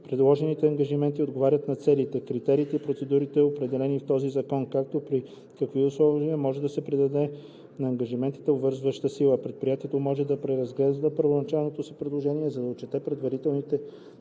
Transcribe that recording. предложените ангажименти отговарят на целите, критериите и процедурите, определени в този закон, както и при какви условия може да се придаде на ангажиментите обвързваща сила. Предприятието може да преразгледа първоначалното си предложение, за да отчете предварителните